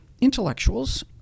intellectuals